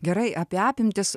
gerai apie apimtis